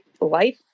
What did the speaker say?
life